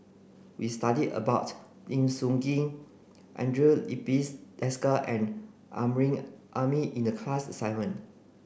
we studied about Lim Sun Gee Andre Filipe Desker and Amrin Amin in the class assignment